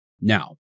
Now